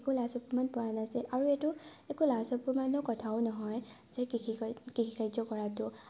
একো লাজ অপমান পোৱা নাছিল আৰু এইটো একো লাজ অপমানৰ কথাও নহয় যে কৃষি কা কৃষি কাৰ্য কৰাতো